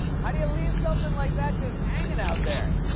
how do you leave something like that just hanging out there?